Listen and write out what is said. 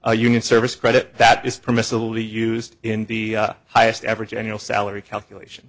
a union service credit that is permissible to be used in the highest average annual salary calculation